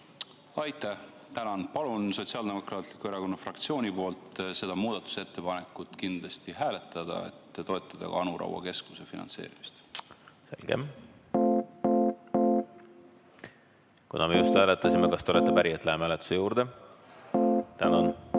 Aitäh! Palun Sotsiaaldemokraatliku Erakonna fraktsiooni nimel seda muudatusettepanekut kindlasti hääletada, et toetada ka Anu Raua keskuse finantseerimist. Selge! Kuna me just hääletasime, siis kas te olete päri, et me läheme hääletuse juurde? Tänan! Panen